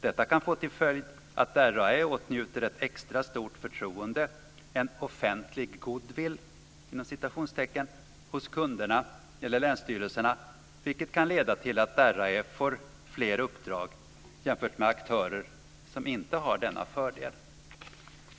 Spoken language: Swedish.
Detta kan få till följd att RAÄ åtnjuter ett extra stort förtroende, en "offentlig goodwill", hos kunderna eller länsstyrelserna, vilket kan leda till att RAÄ får fler uppdrag jämfört med aktörer som inte har denna fördel.